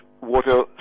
water